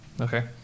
Okay